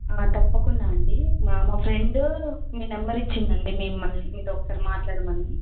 తప్పకుండా అండి మా మా ఫ్రెండ్ మీ నెంబర్ ఇచ్చిందండి మిమ్మల్ని మీతో ఒకసారి మాట్లాడమని